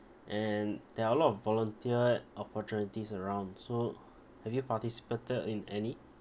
and there are a lot of volunteer opportunities around so have you participated in any